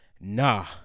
Nah